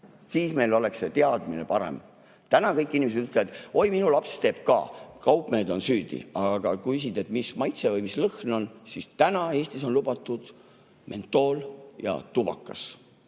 siis meil oleks see teadmine parem. Täna kõik inimesed ütlevad: oi, minu laps teeb ka, kaupmehed on süüdi. Aga kui küsida, mis maitse või mis lõhn on, siis täna Eestis on lubatud mentool ja tubakas.